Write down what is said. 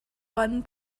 one